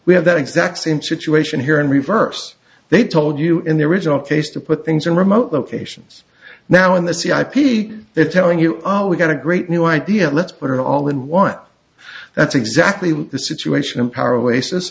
we have that exact same situation here in reverse they told you in the original case to put things in remote locations now in the c ip they're telling you oh we've got a great new idea let's put it all in one that's exactly what the situation in power